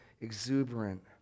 exuberant